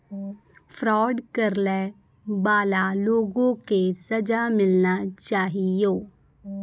fraud करै बाला लोगो के सजा मिलना चाहियो